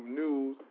news